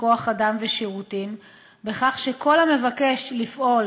כוח-אדם ושירותים בכך שכל המבקש לפעול